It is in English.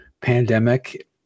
pandemic